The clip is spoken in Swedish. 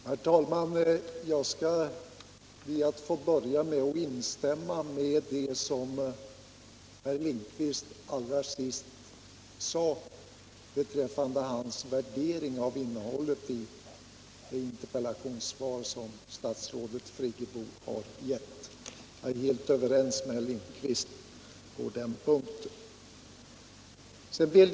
Herr talman! Jag skall be att få börja med att instämma i det som herr Lindkvist allra sist sade beträffande hans värdering av innehållet i det interpellationssvar som statsrådet Friggebo har gett. Jag är helt överens med herr Lindkvist på den punkten.